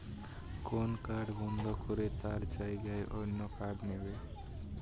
কোন কার্ড বন্ধ করে তার জাগায় অন্য কার্ড নেব